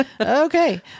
Okay